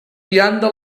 vianda